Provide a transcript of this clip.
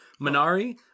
Minari